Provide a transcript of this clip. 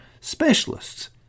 specialists